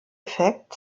effekt